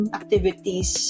activities